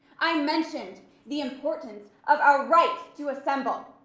i mentioned the importance of our right to assemble.